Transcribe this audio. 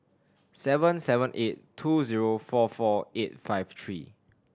seven seven eight two zero four four eight five three